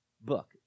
book